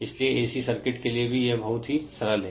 इसलिए AC circuit के लिए भी यह बहुत ही सरल है